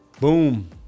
Boom